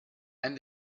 and